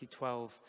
2012